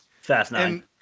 Fascinating